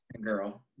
girl